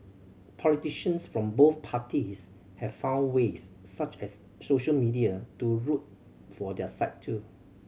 politicians from both parties have found ways such as social media to root for their side too